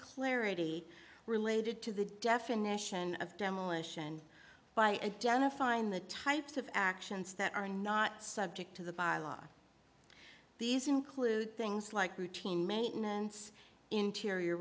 clarity related to the definition of demolition by identifying the types of actions that are not subject to the bylaw these include things like routine maintenance interior